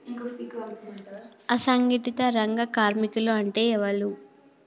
అసంఘటిత రంగ కార్మికులు అంటే ఎవలూ?